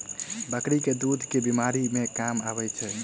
बकरी केँ दुध केँ बीमारी मे काम आबै छै?